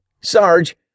Sarge